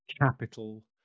capital